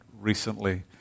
recently